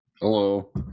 Hello